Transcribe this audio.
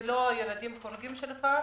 זה לא ילדים חורגים שלך.